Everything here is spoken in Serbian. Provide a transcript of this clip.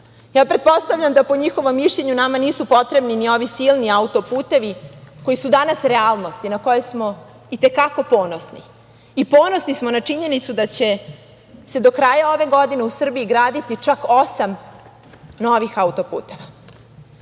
fabrika. Pretpostavljam, da po njihovom mišljenju nama nisu potrebni ni ovi silni auto-putevi koji su danas realnost, i na koje smo i te kako ponosni. I ponosni smo na činjenicu da će se do kraja ove godine u Srbiji graditi čak osam novih auto-puteva. Moram